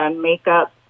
makeup